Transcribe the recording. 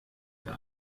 der